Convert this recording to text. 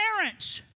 parents